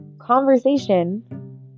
conversation